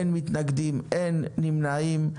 אין מתנגדים, אין נמנעים.